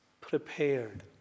prepared